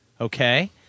okay